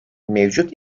mevcut